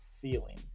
feeling